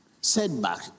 Setback